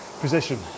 position